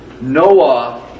Noah